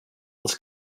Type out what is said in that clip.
els